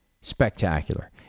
spectacular